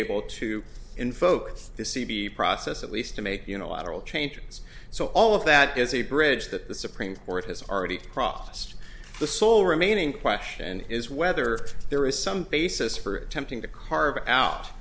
able to invoke the c b e process at least to make unilateral changes so all of that is a bridge that the supreme court has already crossed the sole remaining question is whether there is some basis for attempting to carve out